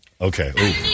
Okay